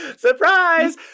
Surprise